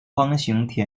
方形